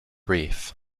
reef